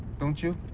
don't you?